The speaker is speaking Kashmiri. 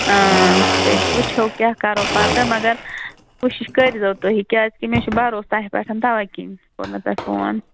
تیٚلہِ چھِ وٕچھو کیٛاہ کَرو پَتہٕ مگر کوٗشِش کٔرزیو تُہۍ کیٛاز کہِ مےٚ چھُ بروس تۄہہِ پٮ۪ٹھ تَوے کِنۍ کوٚر مےٚ تۄہہِ فون